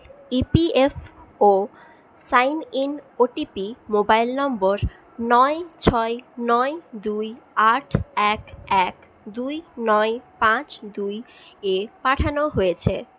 E P F O sign in OTP mobile number নয় ছয় নয় দুই আট এক এক দুই নয় পাঁচ দুই এ পাঠানো হয়েছে